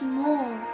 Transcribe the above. more